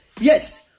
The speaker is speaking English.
Yes